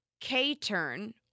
K-turn